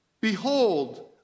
behold